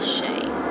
shame